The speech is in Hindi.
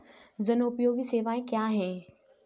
जनोपयोगी सेवाएँ क्या हैं?